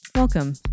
Welcome